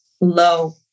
low